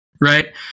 right